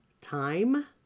time